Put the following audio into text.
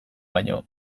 baino